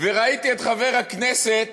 וראיתי את חבר הכנסת